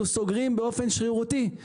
אנחנו סוגרים באופן שרירותי,